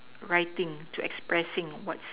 writing to expressing what's